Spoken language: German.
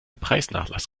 preisnachlass